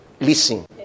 Listen